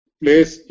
place